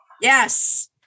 Yes